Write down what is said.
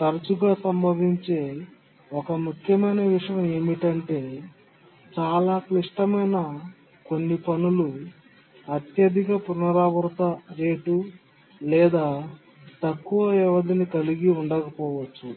తరచుగా సంభవించే ఒక ముఖ్యమైన విషయం ఏమిటంటే చాలా క్లిష్టమైన కొన్ని పనులు అత్యధిక పునరావృత రేటు లేదా తక్కువ వ్యవధిని కలిగి ఉండకపోవచ్చు